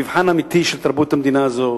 המבחן האמיתי של תרבות המדינה הזאת,